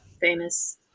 famous